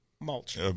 mulch